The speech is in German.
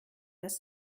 das